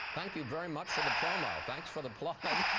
thank you very much for the promo, thanks for the plug.